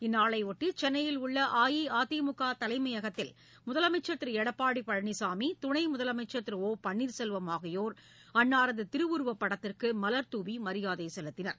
இந்நாளையொட்டி சென்னையில் உள்ள அஇஅதிமுக தலைமையகத்தில் முதலமைச்சர் திரு எடப்பாடி பழனிசாமி துணை முதலமைச்சர் திரு ஒ பன்னீர்செல்வம் ஆகியோர் அன்னாரது திருவுருவப் படத்திற்கு மலர் தூவி மரியாதை செலுத்தினார்